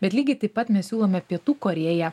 bet lygiai taip pat mes siūlome pietų korėją